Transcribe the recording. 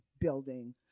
building